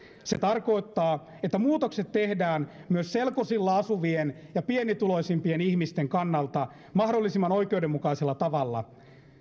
se tarkoittaa että muutokset tehdään myös selkosilla asuvien ja pienituloisimpien ihmisten kannalta mahdollisimman oikeudenmukaisella tavalla